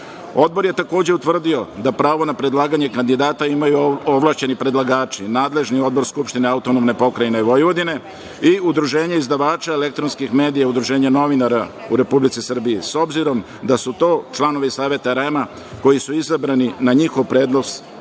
je takođe utvrdio da pravo na predlaganje kandidata imaju ovlašćeni predlagači, nadležni odbor Skupštine AP Vojvodine, Udruženje izdavača elektronskih medija, Udruženje novinara u Republici Srbiji. S obzirom da su to članovi Saveta REM-a, koji su izabrani na njihov predlog